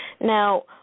Now